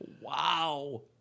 Wow